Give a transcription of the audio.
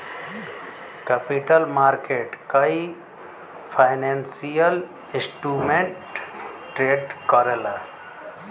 capital market कई financial instrument trade करला